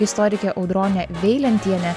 istorikė audronė veilentienė